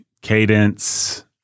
cadence